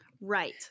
right